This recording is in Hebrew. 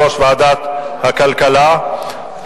עכשיו אתה אומר לו: אדוני,